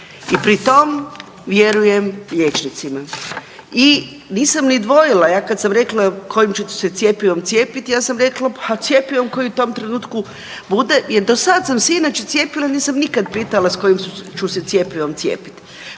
i pri tom vjerujem liječnicima i nisam ni dvojila, ja kad sam rekla, kojim ćete se cjepivom cijepiti, ja sam rekla pa cjepivom koji u tom trenutku bude jer do sad sam se inače cijepila, nisam nikad pitala s kojim ću se cjepivom cijepiti.